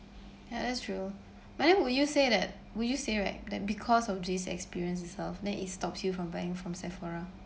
yeah that's true but then would you say that would you say right that because of these experience itself then it stops you from buying from Sephora